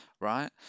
right